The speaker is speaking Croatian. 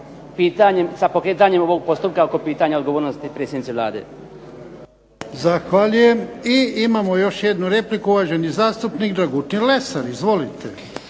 sa pokretanjem ovog postupka oko pitanja odgovornosti predsjednici Vlade. **Jarnjak, Ivan (HDZ)** Zahvaljujem. I imamo još jednu repliku, uvaženi zastupnik Dragutin Lesar. Izvolite.